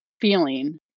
feeling